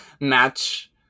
match